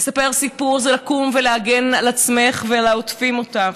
לספר סיפור זה לקום ולהגן על עצמך ועל העוטפים אותך.